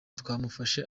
twamufashe